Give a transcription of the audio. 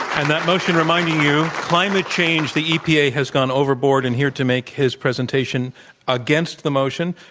and that motion, reminding you, climate change the epa has gone overboard, and here to make his presentation against the motion,